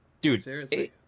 Dude